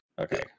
Okay